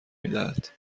میدهد